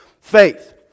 faith